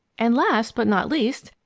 and, last but not least,